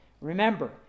remember